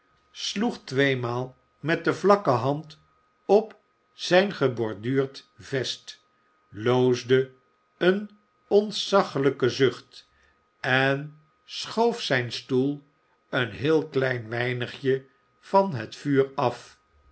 sloeg tweemaal met de vlakke hand op zijn geborduurd vest loosde een ontzaglijken zucht en schoof zijn stoel een heel klein weinigje van het vuur af